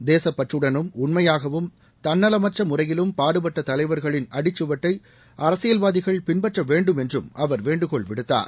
தேச பற்றுடனும் உண்மையாகவும் தன்னவமற்ற முறையிலும் பாடுபட்ட தலைவர்களின் அடிச்சுவட்டை அரசில்வாதிகள் பின்பற்ற வேண்டும் என்றும் அவர் வேண்டுகோள் விடுத்தார்